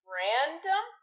random